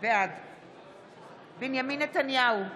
בעד בנימין נתניהו,